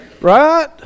Right